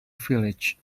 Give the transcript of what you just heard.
village